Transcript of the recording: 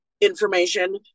information